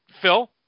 Phil